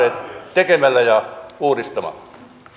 tekemällä ja uudistamalla